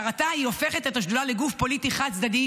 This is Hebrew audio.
ההצהרה שיצאה על ידי יו"ר שדולת הנשים נוגדת את עקרונות השדולה,